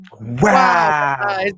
Wow